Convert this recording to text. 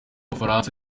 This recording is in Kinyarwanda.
bufaransa